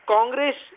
Congress